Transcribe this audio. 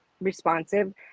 responsive